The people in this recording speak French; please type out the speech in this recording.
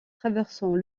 traversant